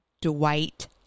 Dwight